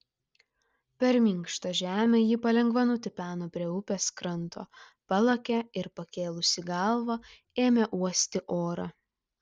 per minkštą žemę ji palengva nutipeno prie upės kranto palakė ir pakėlusi galvą ėmė uosti orą